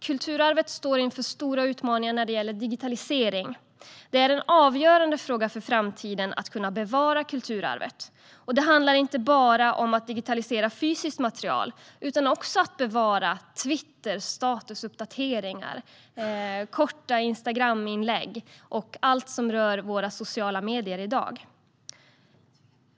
Kulturarvet står inför stora utmaningar när det gäller digitalisering. Det är en avgörande fråga för framtiden att kunna bevara kulturarvet. Det handlar inte bara om att digitalisera fysiskt material, utan också om att bevara Twitter, statusuppdateringar, korta Instagraminlägg och allt som rör våra sociala medier i dag.